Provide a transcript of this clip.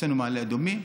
הוצאנו במעלה אדומים,